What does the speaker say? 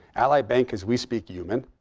ally bank is we speak human.